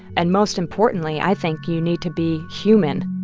and most importantly, i think you need to be human